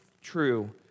true